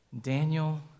Daniel